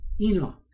Enoch